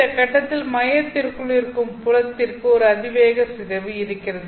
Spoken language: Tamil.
இந்த கட்டத்தில் மையத்திற்குள் இருக்கும் புலத்திற்கு ஒரு அதிவேக சிதைவு இருக்கிறது